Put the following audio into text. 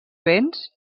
béns